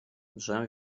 dżem